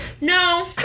No